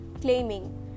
claiming